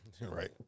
Right